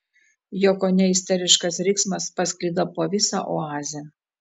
jo kone isteriškas riksmas pasklido po visą oazę